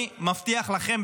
אני מבטיח לכם,